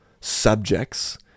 subjects